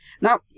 Now